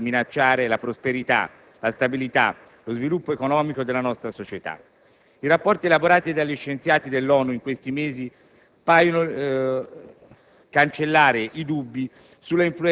i mutamenti del clima possono infatti minacciare la prosperità, la stabilità, lo sviluppo economico della nostra società. I rapporti elaborati dagli scienziati dell'ONU in questi mesi